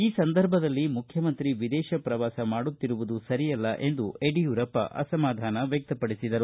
ಈ ಸಂದರ್ಭದಲ್ಲಿ ಮುಖ್ಯಮಂತ್ರಿಯವರು ವಿದೇಶ ಪ್ರವಾಸ ಮಾಡುತ್ತಿರುವುದು ಸರಿಯಲ್ಲ ಎಂದು ಯಡಿಯೂರಪ್ಪ ಅಸಮಾಧಾನ ವ್ಯಕ್ತಪಡಿಸಿದರು